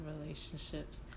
relationships